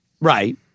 Right